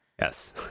yes